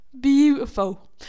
beautiful